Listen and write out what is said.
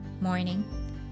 Morning